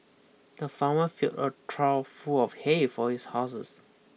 the farmer filled a trough full of hay for his houses